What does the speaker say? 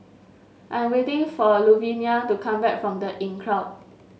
I am waiting for Luvenia to come back from The Inncrowd